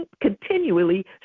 continually